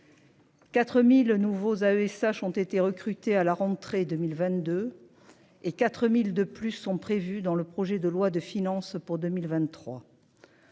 4000 nouveaux AESH ont été recrutés à la rentrée 2022 et 4000 de plus sont prévus dans le projet de loi de finances pour 2023.--